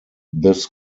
this